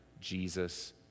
Jesus